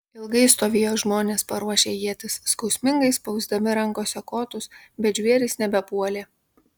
ilgai stovėjo žmonės paruošę ietis skausmingai spausdami rankose kotus bet žvėrys nebepuolė